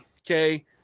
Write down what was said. Okay